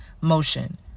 motion